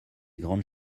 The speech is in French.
grandes